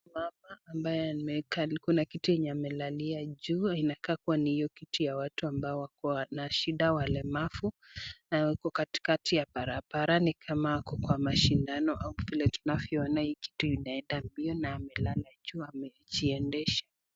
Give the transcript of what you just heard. Mama ambaye ana kiti amelalia juu inakaa kuwa kiti ya watu walemavu na yuko katikati ya barabara ni kama ako kwa mashindano vile tunaona hii kitu inaenda mbio anajiendesha.